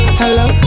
hello